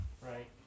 right